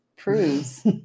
Proves